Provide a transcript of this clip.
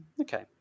okay